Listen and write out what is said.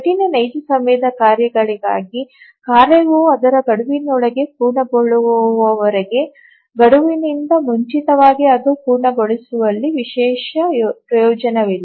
ಕಠಿಣ ನೈಜ ಸಮಯದ ಕಾರ್ಯಗಳಿಗಾಗಿ ಕಾರ್ಯವು ಅದರ ಗಡುವಿನೊಳಗೆ ಪೂರ್ಣಗೊಳ್ಳುವವರೆಗೆ ಗಡುವುಗಿಂತ ಮುಂಚಿತವಾಗಿ ಅದನ್ನು ಪೂರ್ಣಗೊಳಿಸುವಲ್ಲಿ ವಿಶೇಷ ಪ್ರಯೋಜನವಿಲ್ಲ